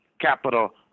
capital